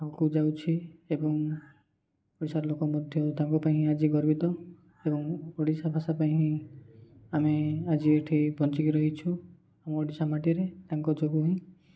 ଆଗକୁ ଯାଉଛି ଏବଂ ଓଡ଼ିଶା ଲୋକ ମଧ୍ୟ ତାଙ୍କ ପାଇଁ ହିଁ ଆଜି ଗର୍ବିତ ଏବଂ ଓଡ଼ିଶା ଭାଷା ପାଇଁ ହିଁ ଆମେ ଆଜି ଏଠି ବଞ୍ଚିକି ରହିଛୁ ଆମ ଓଡ଼ିଶା ମାଟିରେ ତାଙ୍କ ଯୋଗୁ ହିଁ